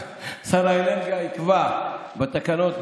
שר האנרגיה יקבע בתקנות,